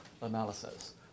analysis